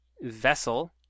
Vessel